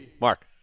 Mark